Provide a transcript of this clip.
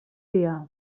dia